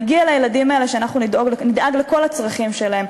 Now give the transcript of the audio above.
מגיע לילדים האלה שאנחנו נדאג לכל הצרכים שלהם,